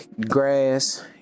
Grass